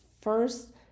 first